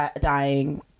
dying